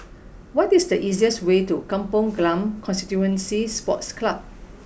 what is the easiest way to Kampong Glam Constituency Sports Club